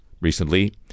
recently